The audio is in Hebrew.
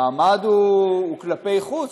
המעמד הוא כלפי חוץ,